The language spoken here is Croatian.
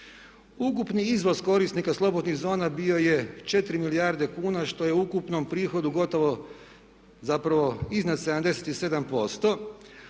Ukupni iznos korisnika slobodnih zona bio je 4 milijarde kuna što je u ukupnom prihodu gotovo zapravo iznad 77%,